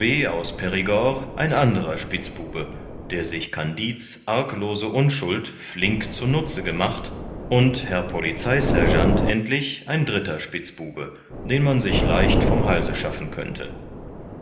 aus perigord ein anderer spitzbube der sich kandid's arglose unschuld flink zu nutze gemacht und herr polizeisergeant endlich ein dritter spitzbube den man sich leicht vom halse schaffen könnte